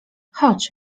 chodź